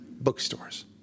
bookstores